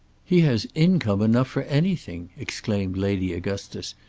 he has income enough for anything! exclaimed lady augustus,